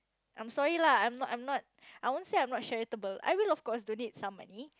I'm sorry lah I'm not I'm not I won't say I'm not charitable I will of course donate some money